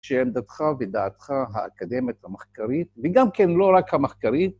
שהם דתך ודעתך, האקדמית, המחקרית, וגם כן לא רק המחקרית.